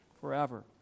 forever